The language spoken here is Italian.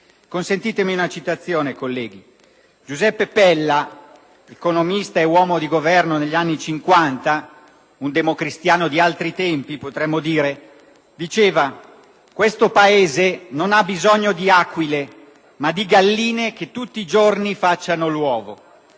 Consentitemi una citazione, colleghi. Giuseppe Pella, economista e uomo di Governo negli anni '50 (un democristiano di altri tempi, potremmo dire), diceva: «Questo Paese non ha bisogno di aquile, ma di galline che tutti i giorni facciano l'uovo».